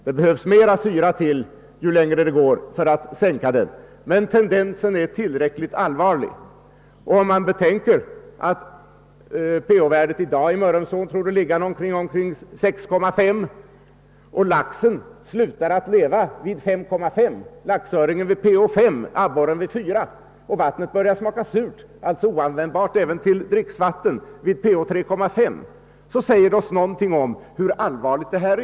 Det behövs mera syra ju längre det går för att sänka det. Tendensen är emellertid tillräckligt allvarlig. Om man betänker att pH-värdet i Mörrumsån i dag torde ligga vid omkring 6,5 och att laxen slutar att leva vid pH 5,5, laxöringen vid pH 5 samt abborren vid pH 4 och att vattnet börjar smaka surt och alltså är oanvändbart till dricksvatten vid pH 3,5, säger detta oss någonting om hur allvarligt läget är.